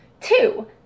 Two